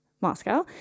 Moscow